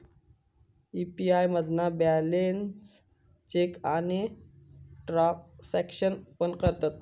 UPI मधना balance check आणि transaction पण करतत